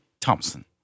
Thompson